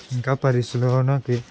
ఇంకా పరిశీలనకి